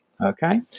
okay